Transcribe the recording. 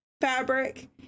fabric